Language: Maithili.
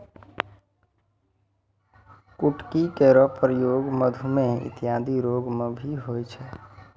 कुटकी केरो प्रयोग मधुमेह इत्यादि रोग म भी होय छै